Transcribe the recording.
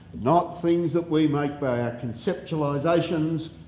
not things that we make by our conceptualizations,